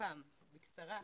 לפ"מ בקצרה,